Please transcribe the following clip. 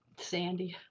sandy.